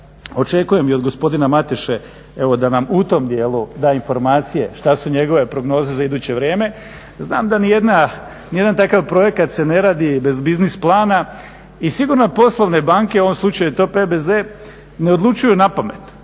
očekujem i od gospodina Mateše evo da nam u tom djelu da informacije šta su njegove prognoze za iduće vrijeme. Znam da ni jedan takav projekat se ne radi bez biznis plana i sigurno poslovne banke u ovom slučaju je to PBZ ne odlučuju napamet,